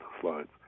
slides